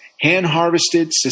hand-harvested